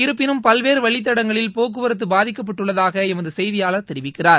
இருப்பினும் பல்வேறு பவழித்தடங்களில் போக்குவரத்து பாதிக்கப்பட்டுள்ளதாக எமது செய்தியாளர் தெரிவிக்கிறார்